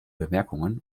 bemerkungen